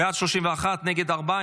בעד, 31. נגד, ארבעה.